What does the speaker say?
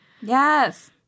Yes